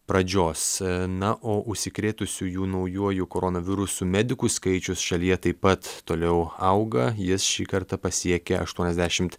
pradžios na o užsikrėtusiųjų naujuoju koronavirusu medikų skaičius šalyje taip pat toliau auga jis šį kartą pasiekė aštuoniasdešimt